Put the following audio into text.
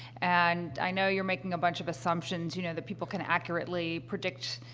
and i know you're making a bunch of assumptions, you know, that people can accurately predict